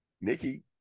Nikki